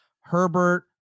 Herbert